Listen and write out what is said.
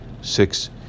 Six